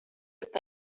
with